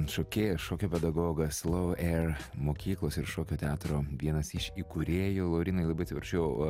šokėjas šokio pedagogas laueir mokyklos ir šokio teatro vienas iš įkūrėjų laurynai labai atsiverčiau